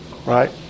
Right